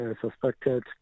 suspected